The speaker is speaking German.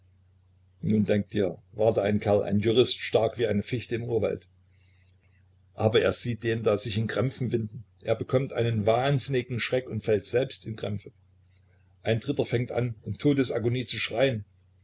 nun denk dir war da ein kerl ein jurist stark wie eine fichte im urwald aber er sieht den da sich in krämpfen winden er bekommt einen wahnsinnigen schreck und fällt selbst in krämpfe ein dritter fängt wie in todesagonie zu schreien